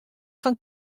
fan